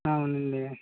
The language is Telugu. అవునండి